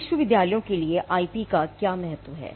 विश्वविद्यालयों के लिए आईपी का क्या महत्व है